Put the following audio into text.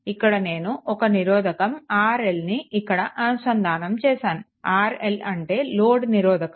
ఇప్పుడు నేను ఒక నిరోధకం RLని ఇక్కడ అనుసంధానం చేస్తాను RL అంటే లోడ్ నిరోధకం